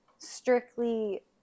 strictly